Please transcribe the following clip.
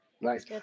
Nice